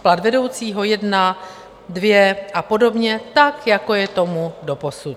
Plat vedoucího jedna, dvě a podobně tak, jako je tomu doposud.